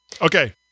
Okay